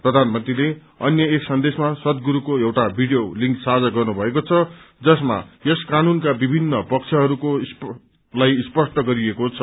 प्रधानमन्त्रीले अन्य एक सन्देशमा सद्युुरुको एउटा भिडियो लिंक साझा गर्नुभएको छ जसमा यस कानूनका विभिन्न पक्षहरू स्पष्ट गरिइएको छ